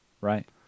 Right